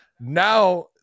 Now